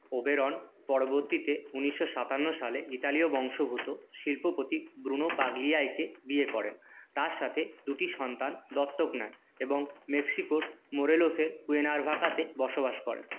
Oberon পরবর্তীতে ঊনিশো সাতান্ন সালে ইতালীয় বংশোদ্ভূত শিল্পপতি ব্রুনো পাগলিয়াইকে বিয়ে করেন তার সাথে দুটি সন্তান দত্তক নেন এবং মেক্সিকোর মোরেলোসের কুয়ের্নাভাকাতে বসবাস করেন